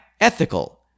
ethical